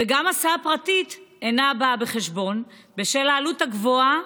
וגם הסעה פרטית אינה באה בחשבון בשל העלות הגבוהה